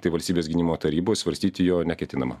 tai valstybės gynimo taryboj svarstyti jo neketinama